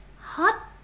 hot